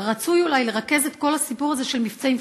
רצוי אולי לרכז את כל הסיפור הזה של מבצעים.